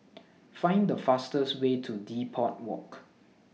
Find The fastest Way to Depot Walk